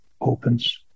opens